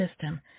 system